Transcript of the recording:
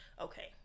okay